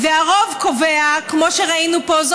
והרוב קובע, כמו שראינו פה.